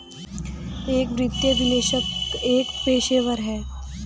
एक वित्तीय विश्लेषक एक पेशेवर है